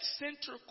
center